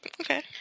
Okay